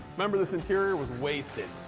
remember this interior was wasted.